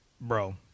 bro